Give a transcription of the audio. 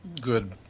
Good